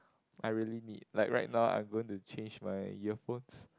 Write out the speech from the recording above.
I really need like right now I'm going to change my earphones